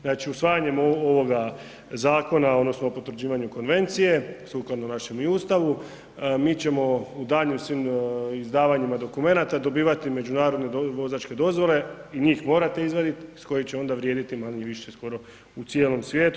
Znači usvajanjem ovoga zakona odnosno potvrđivanju konvencije, sukladno i našem Ustavu mi ćemo u daljnjim svim izdavanjima dokumenata dobivati međunarodne vozačke dozvole i njih morate izvadit koje će onda vrijediti manje-više skoro u cijelom svijetu.